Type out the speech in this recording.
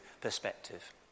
perspective